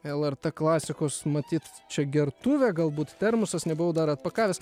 lrt klasikos matyt čia gertuvę galbūt termosas nebuvau dar atpakavęs